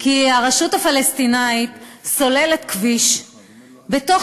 כי הרשות הפלסטינית סוללת כביש בתוך